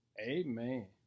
Amen